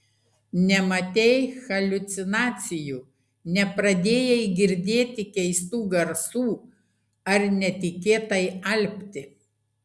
nematei haliucinacijų nepradėjai girdėti keistų garsų ar netikėtai alpti